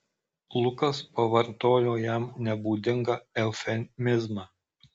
lukas pavartojo jam nebūdingą eufemizmą